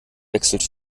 wechselt